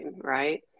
right